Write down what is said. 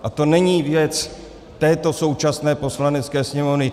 A to není věc této současné Poslanecké sněmovny.